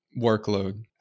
workload